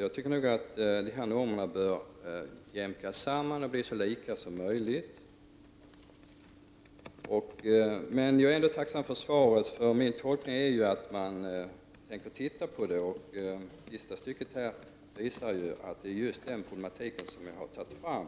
Jag tycker att dessa normer bör jämkas samman och bli så lika som möjligt. Men jag är ändå tacksam för statsrådets svar. Min tolkning är att man tänker se på detta problem, och det sista stycket i statsrådets svar visar att det är just den problematik som jag har lyft fram